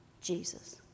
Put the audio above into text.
Jesus